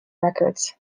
records